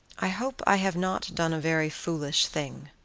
i hope i have not done a very foolish thing,